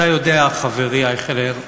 אתה יודע, חברי אייכלר,